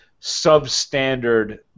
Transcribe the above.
substandard